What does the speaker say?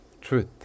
Truth